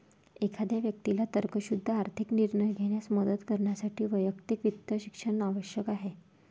एखाद्या व्यक्तीला तर्कशुद्ध आर्थिक निर्णय घेण्यास मदत करण्यासाठी वैयक्तिक वित्त शिक्षण आवश्यक आहे